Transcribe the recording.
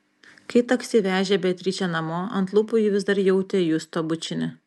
kai taksi vežė beatričę namo ant lūpų ji vis dar jautė justo bučinį